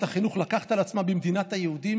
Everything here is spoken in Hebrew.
החינוך לקחת על עצמה במדינת היהודים